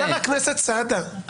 חבר הכנסת סעדה,